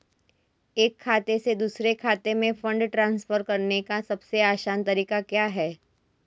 एक खाते से दूसरे खाते में फंड ट्रांसफर करने का सबसे आसान तरीका क्या है?